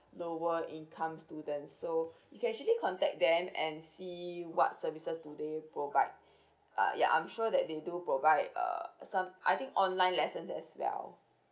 lower income students so you can actually contact them and see what services do they provide uh yeah I'm sure that they do provide uh some I think online lessons as well